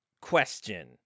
question